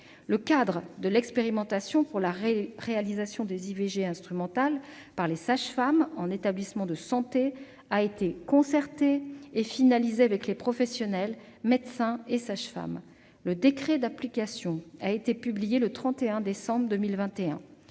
Le cadre de l'expérimentation pour la réalisation des IVG instrumentales par les sages-femmes en établissement de santé a fait l'objet d'une concertation et a été finalisé avec les professionnels, médecins et sages-femmes. Le décret d'application a été publié le 31 décembre 2021.